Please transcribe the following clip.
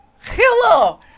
Hello